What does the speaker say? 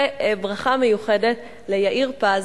וברכה מיוחדת ליאיר פז,